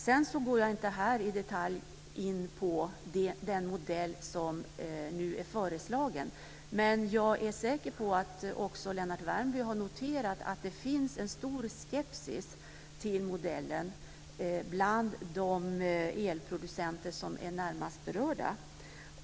Sedan går jag inte här in i detalj på den modell som nu är föreslagen, men jag är säker på att också Lennart Värmby har noterat att det finns en stor skepsis till modellen bland de elproducenter som är närmast berörda.